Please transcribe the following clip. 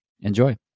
Enjoy